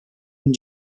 and